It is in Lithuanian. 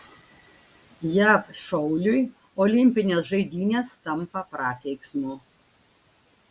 jav šauliui olimpinės žaidynės tampa prakeiksmu